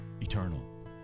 eternal